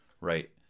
Right